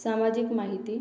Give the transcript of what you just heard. सामाजिक माहिती